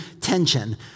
tension